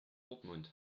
dortmund